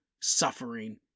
suffering